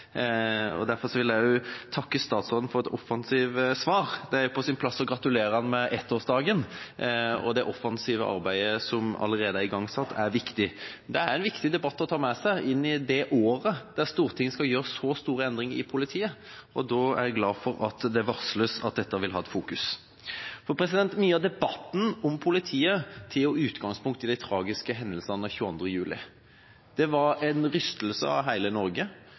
og derfor vil jeg også takke statsråden for et offensivt svar. Det er på sin plass å gratulere ham med ettårsdagen, og det offensive arbeidet som allerede er igangsatt, er viktig. Det er en viktig debatt å ta med seg inn i det året der Stortinget skal gjøre så store endringer i politiet. Og da er jeg glad for at det varsles at dette vil være i fokus. Mye av debatten om politiet tar utgangspunkt i de tragiske hendelsene 22. juli. Det var en rystelse for hele Norge,